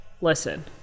listen